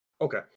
Okay